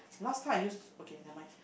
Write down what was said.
last time I used okay nevermind